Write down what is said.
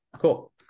Cool